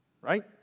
right